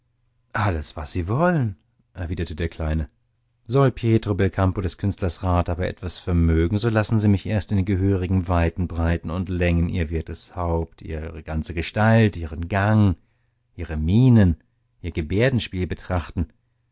alles was sie wollen erwiderte der kleine soll pietro belcampo des künstlers rat aber etwas vermögen so lassen sie mich erst in den gehörigen weiten breiten und längen ihr wertes haupt ihre ganze gestalt ihren gang ihre mienen ihr gebärdenspiel betrachten